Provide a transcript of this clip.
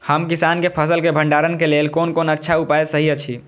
हम किसानके फसल के भंडारण के लेल कोन कोन अच्छा उपाय सहि अछि?